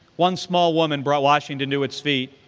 one small woman brought washington to its feet.